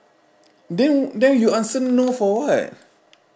then then you answer no for what